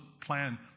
plan